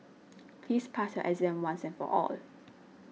please pass your exam once and for all